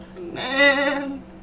Man